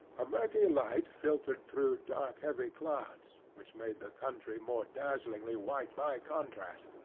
a murky light filtered through dark, heavy clouds, which made the country more dazzlingly white by contrast,